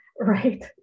right